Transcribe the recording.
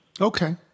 Okay